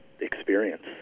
experience